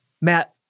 Matt